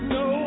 no